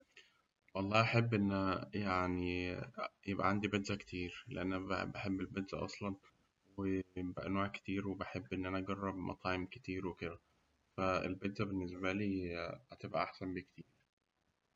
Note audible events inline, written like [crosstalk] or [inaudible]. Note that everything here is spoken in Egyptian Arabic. والله أحب إن [hesitation] يعني [hesitation] عندي بيتزا كتير لأن أنا ب- بحب البيتزا أصلاً، وبحب أنواع كتير، وبحب إن أنا أجرب مطاعم كتير وكده، فالبيتزا بالنسبة لي هتبقى أحسن بكتير.